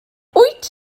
wyt